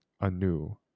anew